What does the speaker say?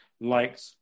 liked